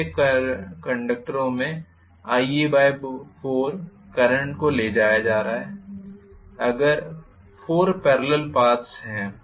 प्रत्येक कंडक्टरों में से Ia4 करंट को ले जाया जा रहा है अगर 4 पेरलल पाथ्स हैं